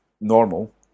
normal